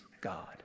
God